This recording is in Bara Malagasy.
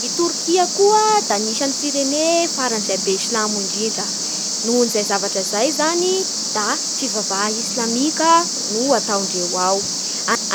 I Torkia koa da nisan'ny firene farany izay be silamo indrindra Nohon'izay zavatra zay zany da fivavaha islamika no ataondreo ao